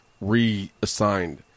reassigned